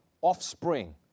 offspring